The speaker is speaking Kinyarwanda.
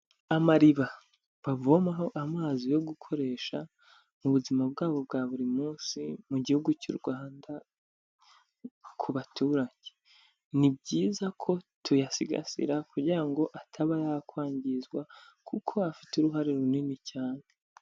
Amariba bavomaho amazi yo gukoresha mu buzima bwabo bwa buri munsi mu gihugu cy'u Rwanda ku baturage. Ni byiza ko tuyasigasira kugira ngo ataba yakwangizwa, kuko afite uruhare runini cyane.